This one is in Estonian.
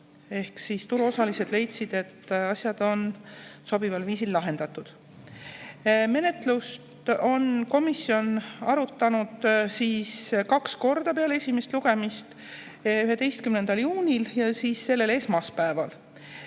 Ehk siis turuosalised leidsid, et asjad on sobival viisil lahendatud. Menetlust on komisjon arutanud peale esimest lugemist kaks korda: 11. juunil ja siis sellel esmaspäeval.